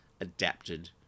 adapted